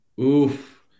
Oof